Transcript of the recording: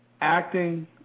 Acting